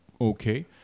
okay